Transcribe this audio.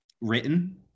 written